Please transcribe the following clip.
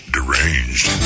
Deranged